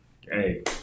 Hey